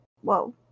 whoa